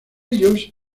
ellos